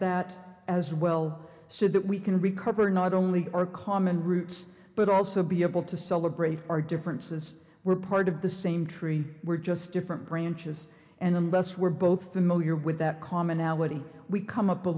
that as well so that we can recover not only our common roots but also be able to celebrate our differences we're part of the same tree we're just different branches and unless we're both familiar with that commonality we come up a